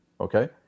okay